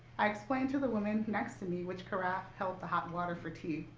i explained to the woman next to me which carafe held the hot and water for tea.